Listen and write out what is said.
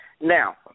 now